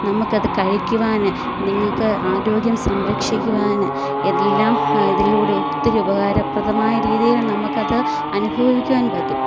നമുക്കത് കഴിക്കുവാൻ നിങ്ങൾക്ക് ആരോഗ്യം സംരക്ഷിക്കുവാൻ എല്ലാം ഇതിലൂടെ ഒത്തിരി ഉപകാരപ്രദമായ രീതിയിൽ നമുക്കത് അനുഭവിക്കുവാൻ പറ്റും